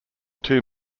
two